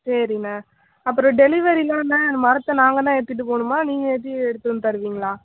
சரிண்ணா அப்புறம் டெலிவரியெலாம் அண்ணா மரத்தை நாங்கள்தான் ஏற்றிட்டு போகணுமா நீங்கள் ஏற்றி எடுத்துகிட்டு வந்து தருவீங்களா